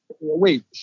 wait